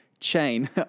Chain